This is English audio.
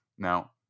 Now